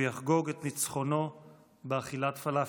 הוא יחגוג את ניצחונו באכילת פלאפל.